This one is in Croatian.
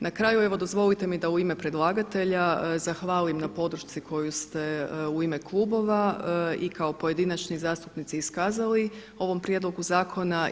Na kraju evo dozvolite mi da u ime predlagatelja zahvalim na podršci koju ste u ime klubova i kao pojedinačni zastupnici iskazali ovom prijedlogu zakona.